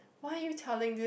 why are you telling this